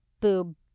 boob